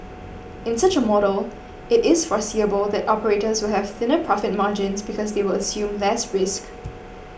in such a model it is foreseeable that operators will have thinner profit margins because they will assume less risk